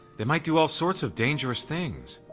they might do all sorts of dangerous things.